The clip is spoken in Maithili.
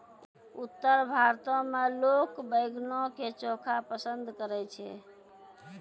उत्तर भारतो मे लोक बैंगनो के चोखा पसंद करै छै